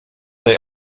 they